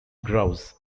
grouse